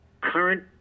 current